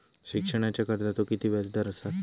शिक्षणाच्या कर्जाचा किती व्याजदर असात?